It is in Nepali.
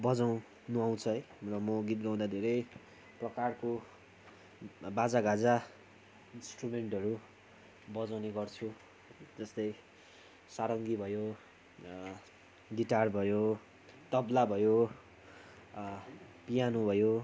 बजाउनु आउँछ है र म गीत गाउदा धेरै प्रकारको बाजा गाजा इन्सट्रुमेन्टहरू बजाउने गर्छु जस्तै सारङ्गी भयो गिटार भयो तबला भयो पियानो भयो